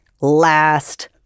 last